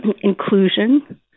inclusion